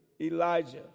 Elijah